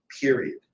period